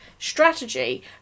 Strategy